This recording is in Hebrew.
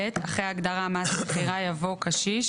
(ב)אחרי ההגדרה "מס מכירה" יבוא: ""קשיש"